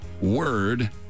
Word